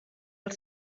els